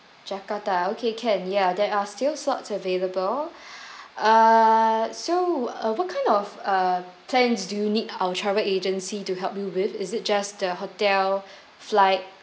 jakarta okay can ya there are still slots available uh so uh what kind of uh plans do need our travel agency to help you with is it just the hotel flight